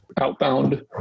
outbound